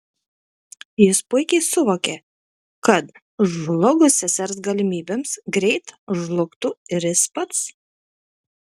jis puikiai suvokė kad žlugus sesers galimybėms greit žlugtų ir jis pats